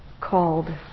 called